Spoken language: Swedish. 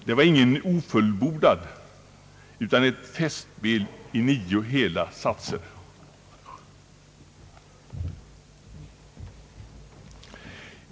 Det var ingen »ofullbordad» utan ett festspel i nio hela satser.